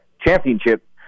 Championship